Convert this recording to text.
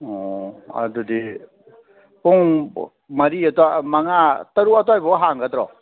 ꯑꯣ ꯑꯗꯨꯗꯤ ꯄꯨꯡ ꯃꯔꯤ ꯃꯉꯥ ꯇꯔꯨꯛ ꯑꯗꯥꯏ ꯕꯥꯎ ꯍꯥꯡꯒꯗ꯭ꯔꯣ